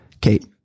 Kate